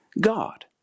God